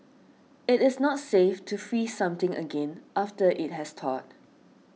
it is not safe to freeze something again after it has thawed